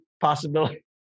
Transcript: possibility